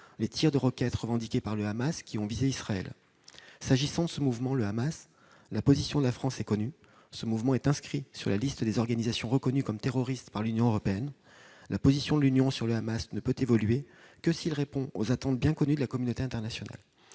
les tirs de roquettes revendiqués par le Hamas, qui ont visé Israël. S'agissant du Hamas, la position de la France est connue : ce mouvement est inscrit sur la liste des organisations reconnues comme terroristes par l'Union européenne. La position de l'Union européenne sur le Hamas ne pourra évoluer que s'il répond aux attentes bien connues de la communauté internationale.